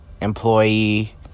employee